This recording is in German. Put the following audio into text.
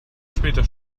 später